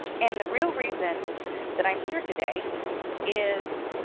and the real reason that i am here today is